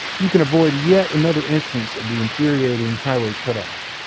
you can avoid yet another instance of the infuriating highway cutoff.